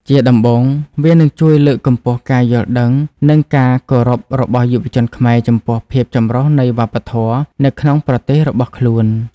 ជាដំបូង វានឹងជួយលើកកម្ពស់ការយល់ដឹងនិងការគោរពរបស់យុវជនខ្មែរចំពោះភាពចម្រុះនៃវប្បធម៌នៅក្នុងប្រទេសរបស់ខ្លួន។